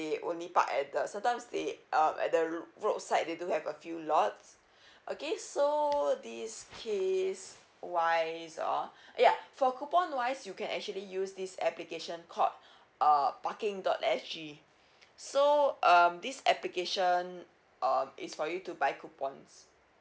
they only park at the sometimes they um at the roadside they do have a few lots okay so this case wise uh yeah for coupon wise you can actually use this application called uh parking dot S G so um this application um it's for you to buy coupons